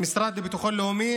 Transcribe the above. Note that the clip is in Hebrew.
במשרד לביטחון לאומי